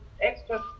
extra